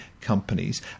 companies